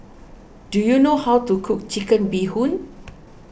do you know how to cook Chicken Bee Hoon